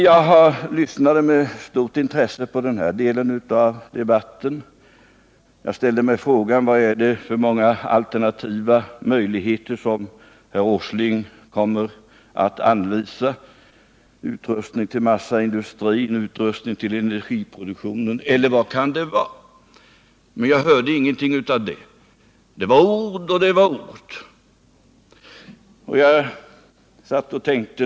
Jag lyssnade med stort intresse på den delen av debatten, och jag ställde mig frågan: Vilka alternativa möjligheter kommer herr Åsling att anvisa — utrustning till massaindustrin, utrustning till energiproduktionen, eller vad kan det vara? Men jag hörde ingenting av det. Det var ord, och det var ord.